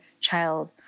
child